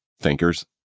thinkers